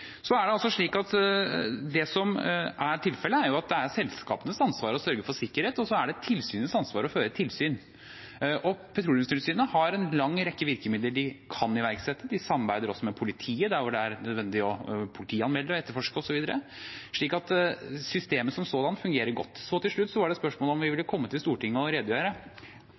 Det som er tilfellet, er at det er selskapenes ansvar å sørge for sikkerhet, og så er det tilsynets ansvar å føre tilsyn. Petroleumstilsynet har en lang rekke virkemidler de kan iverksette. De samarbeider også med politiet der det er nødvendig å politianmelde og etterforske osv. Så systemet som sådant fungerer godt. Så til slutt var det et spørsmål om vi ville komme til Stortinget og redegjøre.